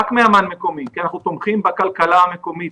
רק מאמן מקומי כי אנחנו תומכים בכלכלה המקומית